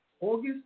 August